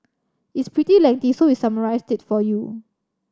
it's pretty lengthy so we summarised it for you